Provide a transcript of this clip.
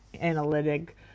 analytic